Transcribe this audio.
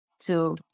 two